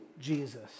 Jesus